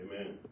Amen